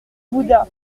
bouddha